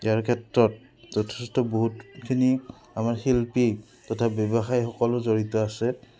ইয়াৰ ক্ষেত্ৰত যথেষ্ট বহুতখিনি আমাৰ শিল্পী তথা ব্যৱসায়ীসকলো জড়িত আছে